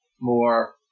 more